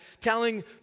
telling